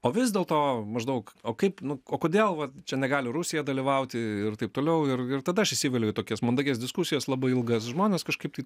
o vis dėlto maždaug o kaip nu o kodėl vat čia negali rusija dalyvauti ir taip toliau ir ir tada aš įsiveliu į tokias mandagias diskusijas labai ilgas žmonės kažkaip tai